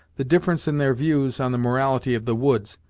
the difference in their views on the morality of the woods,